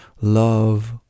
love